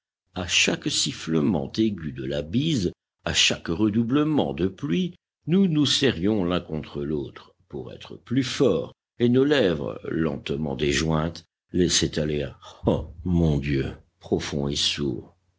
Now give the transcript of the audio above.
à chaque sifflement aigu de la bise à chaque redoublement de pluie nous nous serrions l'un contre l'autre pour être plus forts et nos lèvres lentement déjointes laissaient aller un ah mon dieu profond et sourd